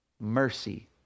mercy